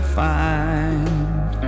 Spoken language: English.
find